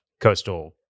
Coastal